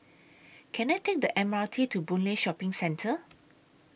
Can I Take The M R T to Boon Lay Shopping Centre